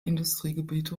industriegebiete